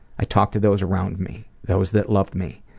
i talked to those around me, those that love me,